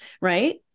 right